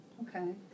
Okay